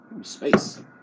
Space